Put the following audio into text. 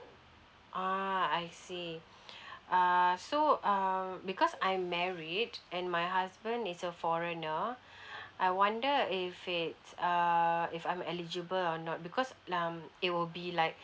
ah I see err so um because I'm married and my husband is a foreigner I wonder if it err if I'm eligible or not because um it will be like